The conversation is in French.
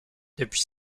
depuis